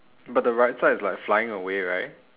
but the right side is like flying away right